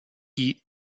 die